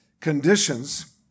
conditions